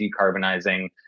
decarbonizing